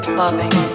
loving